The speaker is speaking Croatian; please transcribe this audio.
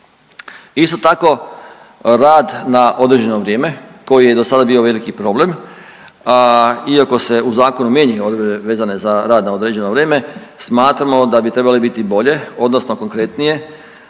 Isto tako rad na određeno vrijeme koji je dosada bio veliki problem iako se u zakonu mijenjaju odredbe vezane za rad na određeno vrijeme smatramo da bi trebali biti bolje odnosno konkretnije